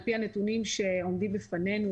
על פי הנתונים שעומדים בפנינו,